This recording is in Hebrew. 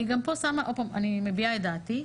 גם פה אני מביעה את דעתי: